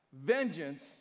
vengeance